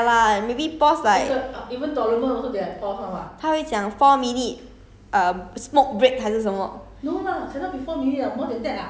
有 pause 的 lah ya lah maybe pause like 他会讲 four minute